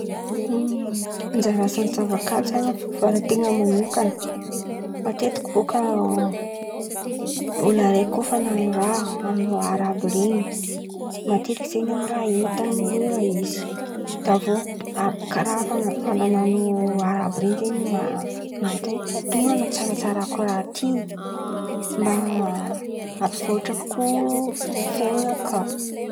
Ny anjara asan'ny zava-kanto izan̈y fivoaran-tena manokana, matetiky bôka olo araiky koa fa an̈ano raha manô raha àby ren̈y. Matetiky zen̈y amin̈'ny raha hitan̈y mihira izy de avô kàra fa nan̈ano raha àby iren̈y mahia hoe ino anatsaratsarako raha ty mba ampivoatra kokoa fiain̈an̈a naka.